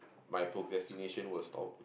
my procrastination will stop